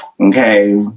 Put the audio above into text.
okay